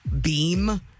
Beam